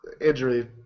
injury